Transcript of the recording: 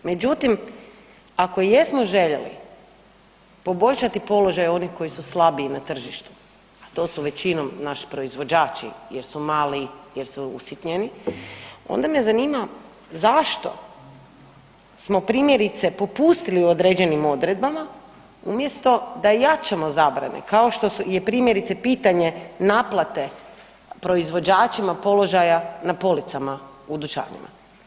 Međutim ako jesmo željeli poboljšati položaj onih koji su slabiji na tržištu, to su većinom naši proizvođači jer su mali, jer su usitnjeni, onda me zanima zašto smo primjerice popustili u određenim odredbama umjesto da jačamo zabrane, kao što je primjerice pitanje naplate proizvođačima položaja na policama u dućanima?